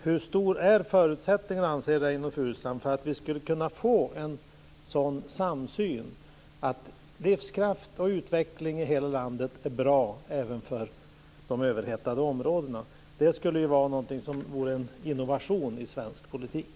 Hur stora är förutsättningarna, anser Reynoldh Furustrand, för att vi skulle kunna få en sådan samsyn, att livskraft och utveckling i hela landet är bra även för de överhettade områdena? Det skulle ju vara en innovation i svensk politik.